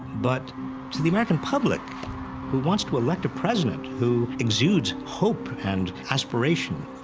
but to the american public who wants to elect a president who exudes hope and aspiration,